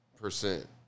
percent